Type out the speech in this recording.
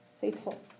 faithful